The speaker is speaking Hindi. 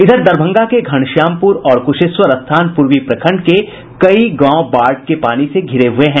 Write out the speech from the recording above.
इधर दरभंगा के घनश्यामपुर और कुशेश्वरस्थान पूर्वी प्रखंड के कई गांव बाढ़ के पानी से घिरे हुये हैं